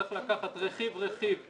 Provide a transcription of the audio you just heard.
צריך לקחת רכיב-רכיב,